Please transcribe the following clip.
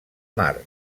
mar